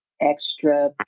extra